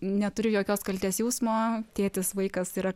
neturiu jokios kaltės jausmo tėtis vaikas yra